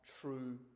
true